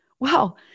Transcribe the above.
Wow